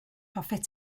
hoffet